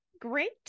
Great